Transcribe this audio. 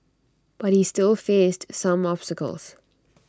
but he still faced some obstacles